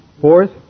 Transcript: Fourth